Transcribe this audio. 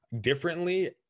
differently